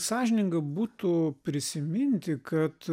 sąžininga būtų prisiminti kad